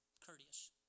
courteous